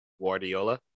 guardiola